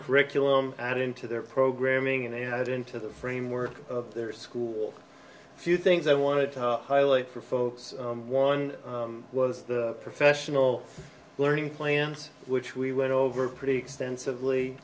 curriculum and into their programming and into the framework of their schools few things i wanted to highlight for folks one was the professional learning plans which we went over pretty extensively